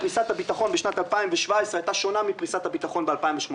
פריסת הביטחון בשנת 2017 הייתה שונה מפריסת הביטחון ב-2018.